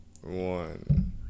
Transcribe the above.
one